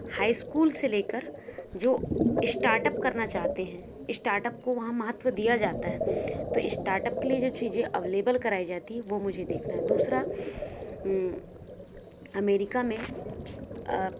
high school से लेकर जो स्टार्टअप करना चाहते हैं स्टार्टअप को वहां महत्व दिया जाता है तो स्टार्टअप के लिये जो चीज़ें अवेलेबल कराई जातीं हैं वो मुझे देखना है दूसरा अमेरिका में